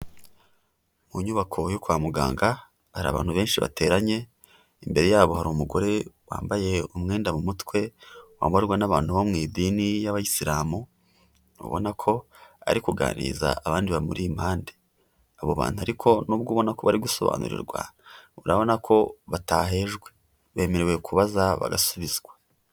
Mu nyubako yo kwa muganga, hari abantu benshi bateranye, imbere yabo hari umugore wambaye umwenda mu mutwe, wambarwa n'abantu bo mu idini y'abayisilamu, ubona ko ari kuganiriza abandi bamuri mpande, abo bantu ariko n'ubwo ubona ko bari gusobanurirwa, urabona ko batahejwe, bemerewe kubaza bagasubizwa.